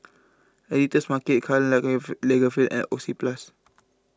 the Editor's Market Karl Lagerfeld and Oxyplus